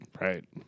Right